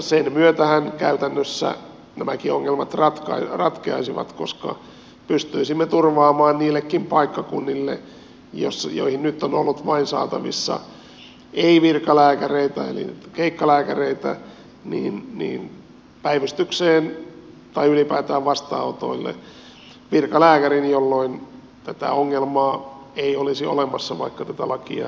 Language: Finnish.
sen myötähän käytännössä nämäkin ongelmat ratkeaisivat koska pystyisimme turvaamaan niillekin paikkakunnille joille nyt on ollut saatavissa vain ei virkalääkäreitä eli keikkalääkäreitä päivystykseen tai ylipäätään vastaanotoille virkalääkärin jolloin tätä ongelmaa ei olisi olemassa vaikka tätä lakia ei muutettaisikaan